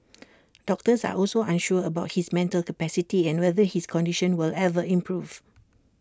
doctors are also unsure about his mental capacity and whether his condition will ever improve